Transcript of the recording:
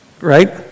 Right